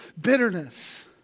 bitterness